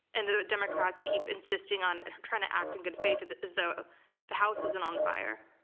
and the democrats keep insisting on trying to act in good faith that as though the house isn't on fire.